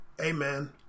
Amen